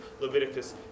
Leviticus